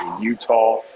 Utah